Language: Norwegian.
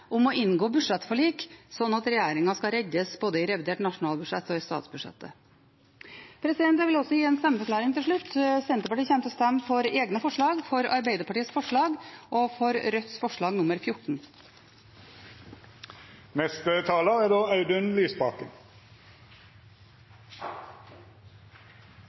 om de allerede har en avtale om å inngå budsjettforlik, slik at regjeringen skal reddes både i revidert nasjonalbudsjett og i statsbudsjettet. Jeg vil også gi en stemmeforklaring til slutt. Senterpartiet kommer til å stemme for egne forslag, for Arbeiderpartiets forslag og for forslag nr. 14,